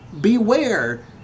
beware